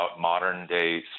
modern-day